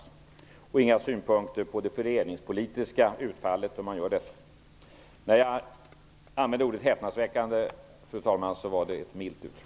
Det fanns inte heller några synpunkter på det fördelningspolitiska utfallet. Fru talman! Jag använder ordet häpnadsväckande, och det är milt uttryckt.